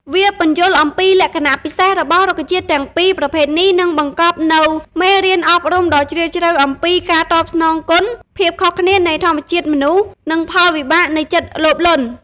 វាពន្យល់អំពីលក្ខណៈពិសេសរបស់រុក្ខជាតិទាំងពីរប្រភេទនេះ និងបង្កប់នូវមេរៀនអប់រំដ៏ជ្រាលជ្រៅអំពី ការតបស្នងគុណ ភាពខុសគ្នានៃធម្មជាតិមនុស្ស និងផលវិបាកនៃចិត្តលោភលន់។